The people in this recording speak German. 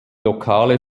lokale